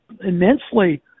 immensely